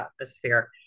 atmosphere